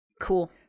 Cool